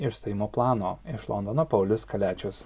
išstojimo plano iš londono paulius kaliačius